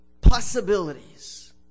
possibilities